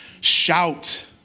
Shout